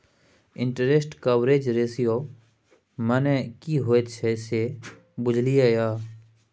Interest coverage ratio मने की होइत छै से बुझल यै?